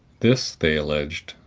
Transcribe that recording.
this, they alleged,